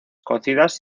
cocidas